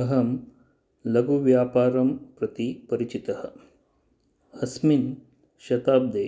अहं लघुव्यापारं प्रति परिचितः अस्मिन् शताब्दे